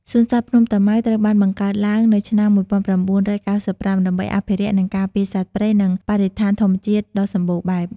សួនសត្វភ្នំតាម៉ៅត្រូវបានបង្កើតឡើងនៅឆ្នាំ ១៩៩៥ ដើម្បីអភិរក្ស និងការពារសត្វព្រៃ និងបរិស្ថានធម្មជាតិដ៏សម្បូរបែប។